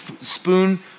spoon